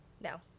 No